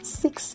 six